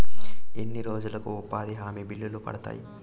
ఎన్ని రోజులకు ఉపాధి హామీ బిల్లులు పడతాయి?